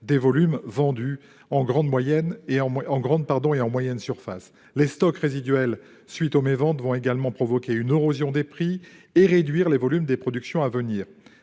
des volumes vendus en grandes et en moyennes surfaces. Les stocks résiduels suite aux méventes vont également provoquer une érosion des prix et réduire les volumes des productions à venir.